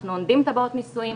אנחנו עונדים טבעות נישואים,